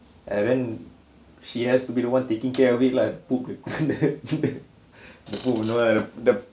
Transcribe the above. and when she has to be the one taking care of it lah poo the poo the